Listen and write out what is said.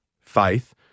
faith